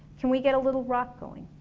can we get a little rock going